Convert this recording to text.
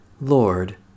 Lord